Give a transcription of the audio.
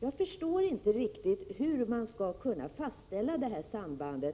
Jag förstår inte riktigt hur man skall kunna fastställa detta samband.